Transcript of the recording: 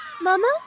Mama